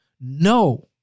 No